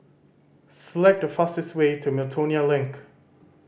select the fastest way to Miltonia Link